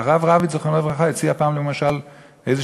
הרב רביץ, זיכרונו לברכה, הציע פעם, למשל, איזו